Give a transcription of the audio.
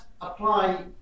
Apply